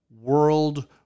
world